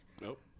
nope